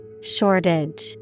Shortage